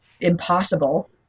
impossible